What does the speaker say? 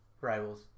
rivals